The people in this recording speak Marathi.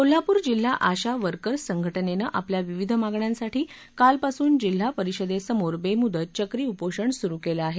कोल्हापूर जिल्हा आशा वर्कर्स संघटनेनं आपल्या विविध मागण्यांसाठी कालपासून जिल्हापरिषदेसमोर बेमुदत चक्री उपोषण सुरू केलं आहे